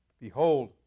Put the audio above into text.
Behold